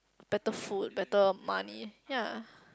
better food better money ya